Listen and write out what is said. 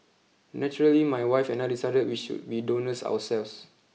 naturally my wife and I decided we should be donors ourselves